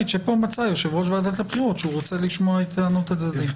שהוא מצא והוא צריך לשקול את מהות הדיון